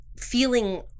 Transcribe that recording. feeling